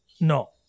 No